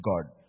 God